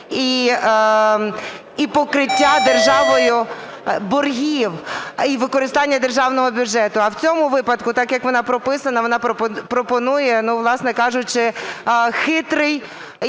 і покриття державою боргів, і використання державного бюджету. А в цьому випадку, так, як вона прописана, вона пропонує, ну, власне кажучи, хитрий